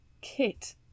Kit